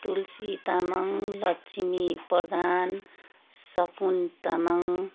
Tulsi Tamang Laxmi Pradhan Sakun Tamang